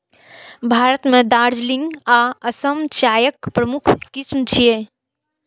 भारत मे दार्जिलिंग आ असम चायक प्रमुख किस्म छियै